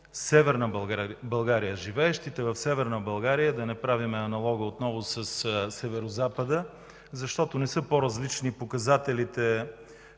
много живеещите в Северна България да не правим аналога отново със Северозапада, защото не са по-различни показателите